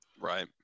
right